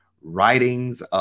writings